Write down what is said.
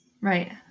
right